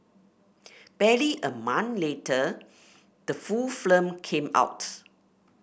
barely a month later the full film came out